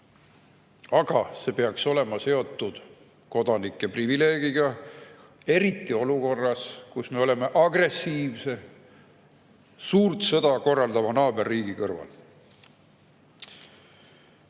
Aga see peaks olema seotud kodanike privileegiga, eriti olukorras, kus me oleme agressiivse, suurt sõda korraldava naaberriigi kõrval.